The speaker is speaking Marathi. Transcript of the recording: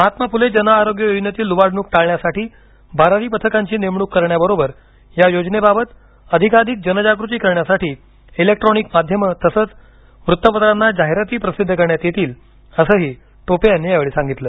महात्मा फुले जन आरोग्य योजनेतील लुबाडणूक टाळण्यासाठी भरारी पथकांची नेमणूक करण्यबरोबर या योजनेबाबत अधिकाधिक जनजागृती करण्यासाठी इलेक्ट्रानिक माध्यमं तसंच वृत्तपत्रांना जाहिराती प्रसिध्द करण्यात येईल असंही टोपे यांनी यावेळी सांगितलं